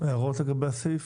הערות לגבי הסעיף?